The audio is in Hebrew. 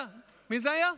מי זה היה?